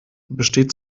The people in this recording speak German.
besteht